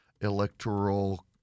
Electoral